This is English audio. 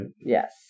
Yes